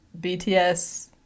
BTS